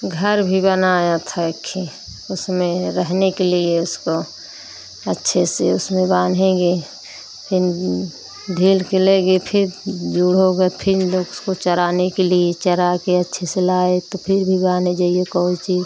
घर भी बनाया था एक खी उसमें रहने के लिए उसको अच्छे से उसमें बाँधेंगे फिर ढीलकर ले गई फिर जूढ़ो हो गया फिर उसकाे चराने के लिए चराकर अच्छे से लाए तो फिर भी बाने जइए कौन चीज़